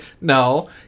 No